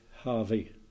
Harvey